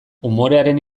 umorearen